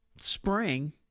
spring